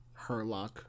Herlock